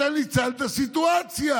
אתה ניצלת סיטואציה.